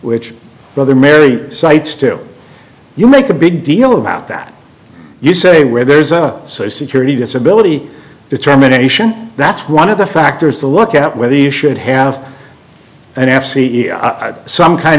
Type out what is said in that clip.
which mother mary cites to you make a big deal about that you say where there's a security disability determination that's one of the factors to look at whether you should have an app c e o some kind